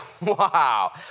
wow